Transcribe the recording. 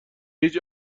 هیچ